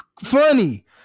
funny